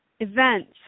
events